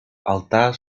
altar